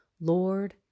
Lord